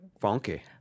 Funky